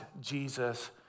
Jesus